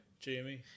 Jamie